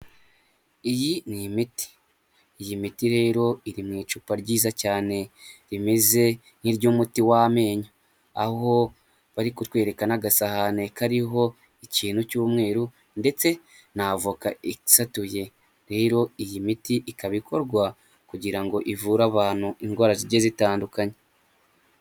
Iyi ni imiti. Iyi miti rero iri mu icupa ryiza cyane rimeze nk'iry'umuti w'amenyo, aho bari kutwereka n'agasahane kariho ikintu cy'umweru ndetse n'avoka isatuye. Rero iyi miti ikaba ikorwa kugira ngo ivure abantu indwara zigiye zitandukanye.